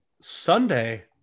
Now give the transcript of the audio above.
Sunday